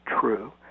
true